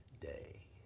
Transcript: day